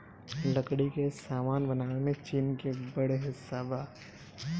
लकड़ी के सामान बनावे में चीन के बड़ हिस्सा बा